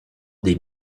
des